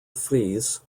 fries